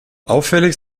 auffällig